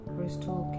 Crystal